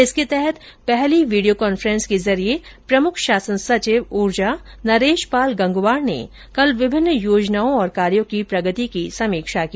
इसके तहत पहली वीडियो कान्फ्रेन्स के माध्यम से प्रमुख शासन सचिव ऊर्जा नरेश पाल गंगवार ने कल विभिन्न योजनाओं और कार्यों की प्रगति की समीक्षा की